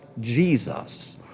jesus